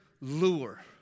Lure